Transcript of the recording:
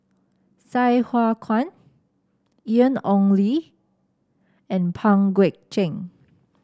Sai Hua Kuan Ian Ong Li and Pang Guek Cheng